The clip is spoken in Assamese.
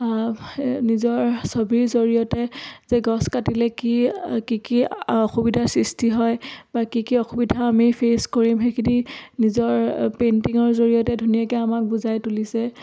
নিজৰ ছবিৰ জৰিয়তে যে গছ কাটিলে কি কি কি অসুবিধাৰ সৃষ্টি হয় বা কি কি অসুবিধা আমি ফেচ কৰিম সেইখিনি নিজৰ পেইণ্টিঙৰ জৰিয়তে ধুনীয়াকৈ আমাক বুজাই তুলিছে